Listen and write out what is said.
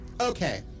Okay